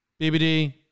BBD